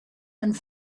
and